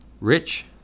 Rich